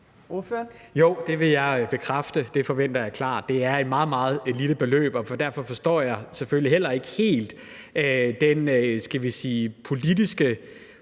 Jo, det vil jeg bekræfte. Det forventer jeg klart. Det er et meget, meget lille beløb, og derfor forstår jeg selvfølgelig heller ikke helt den, skal